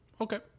okay